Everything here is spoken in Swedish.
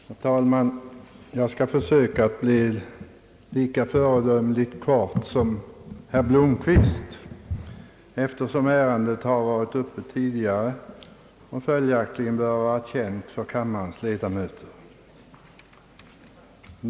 Herr talman! Jag skall försöka att bli lika föredömligt kort som herr Blomquist, eftersom ärendet har varit uppe tidigare och följaktligen bör vara känt för kammarens ledamöter.